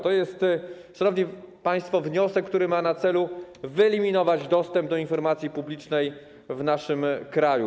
To jest, szanowni państwo, wniosek, który ma na celu wyeliminowanie dostępu do informacji publicznej w naszym kraju.